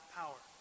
power